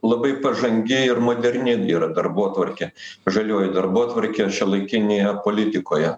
labai pažangi ir moderni yra darbotvarkė žalioji darbotvarkė šiuolaikinėje politikoje